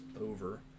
over